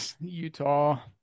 Utah